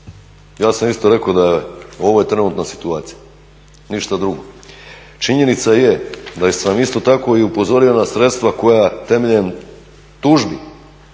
Ja sam isto rekao da ovo je trenutna situacija, ništa drugo. Činjenica je da sam isto tako i upozorio na sredstva koja temeljem tužbi